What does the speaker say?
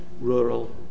rural